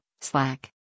Slack